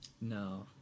No